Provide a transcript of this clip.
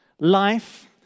life